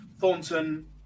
Thornton